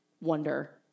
wonder